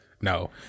No